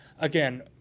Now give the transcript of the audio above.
again